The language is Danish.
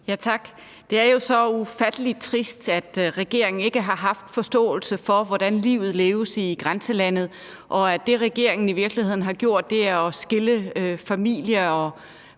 (V): Tak. Det er jo så ufattelig trist, at regeringen ikke har haft forståelse for, hvordan livet leves i grænselandet, og at det, regeringen i virkeligheden har gjort, er at skille familier og